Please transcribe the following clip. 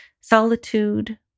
solitude